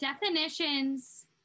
definitions